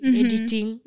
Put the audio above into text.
editing